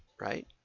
right